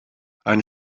ein